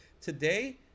Today